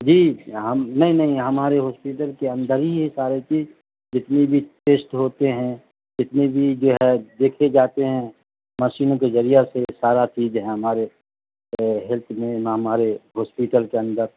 جی ہم نہیں نہیں ہمارے ہاسپیٹل کے اندر ہی یہ سارے چیز جتنی بھی ٹیسٹ ہوتے ہیں جتنی بھی جو ہے دیکھے جاتے ہیں مشینوں کے ذریعہ سے یہ سارا چیز ہے ہمارے ہیلتھ میں ہمارے ہاسپیٹل کے اندر